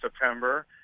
September